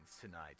tonight